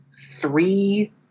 three